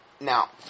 now